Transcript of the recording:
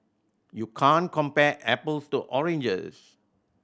you can't compare apples to oranges